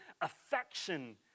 affection